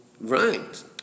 Right